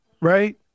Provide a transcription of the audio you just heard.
right